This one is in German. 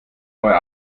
euer